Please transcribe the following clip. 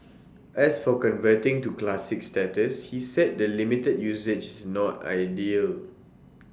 as for converting to classic status he said the limited usage is not ideal